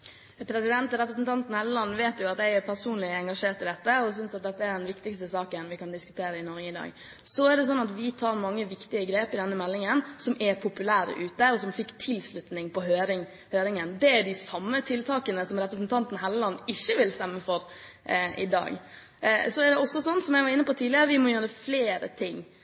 Representanten Hofstad Helleland vet jo at jeg er personlig engasjert i dette, og jeg synes dette er den viktigste saken vi kan diskutere i Norge i dag. Så er det sånn at vi tar mange viktige grep i denne meldingen som er populære ute, og som fikk tilslutning på høringen. Det er de samme tiltakene som representanten Hofstad Helleland ikke vil stemme for i dag. Så er det også slik, som jeg var inne på tidligere, at vi må gjøre flere ting.